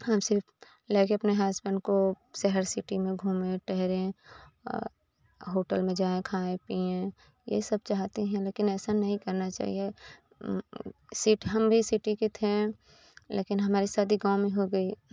हम सिर्फ़ लगे अपने हसबैंड को शहर सिटी में घूमें टहरें होटल में जाएँ खाएँ पीएँ यह सब चाहते हैं लेकिन ऐसा नहीं करना चाहिए सेट हम भी सिटी के थे लेकिन हमारी शादी गाँव में हो गई